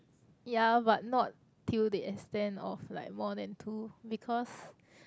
ya but not till the extent of like more than two because